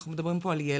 אנחנו מדברים פה על ילד.